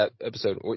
episode